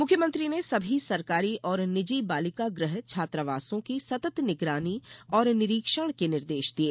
मुख्यमंत्री ने सभी सरकारी और निजी बालिकागृह छात्रावासों की सतत निगरानी और निरीक्षण के निर्देश दिये